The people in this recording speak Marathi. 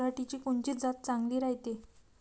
पऱ्हाटीची कोनची जात चांगली रायते?